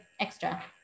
extra